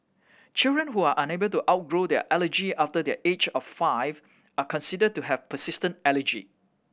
children who are unable to outgrow their allergy after the age of five are considered to have persistent allergy